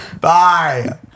Bye